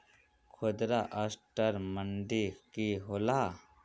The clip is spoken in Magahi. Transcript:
खुदरा असटर मंडी की होला?